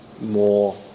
more